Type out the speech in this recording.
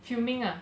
filming ah